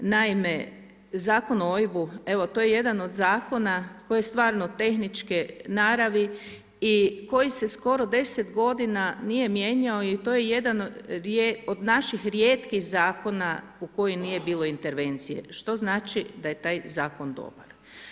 Naime, Zakon o OIB-u, evo to je jedan od zakona koji je stvarno tehničke naravi i koji se skoro 10 godina nije mijenjao i to je jedan od naših rijetkih zakona u koji nije bilo intervencije što znači da je taj zakon dobar.